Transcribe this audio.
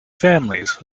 families